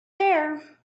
there